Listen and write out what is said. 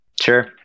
Sure